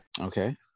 Okay